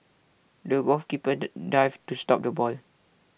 the golf keeper dived to stop the ball